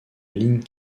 ligne